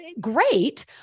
great